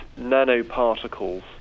nanoparticles